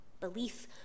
Belief